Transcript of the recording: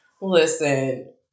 Listen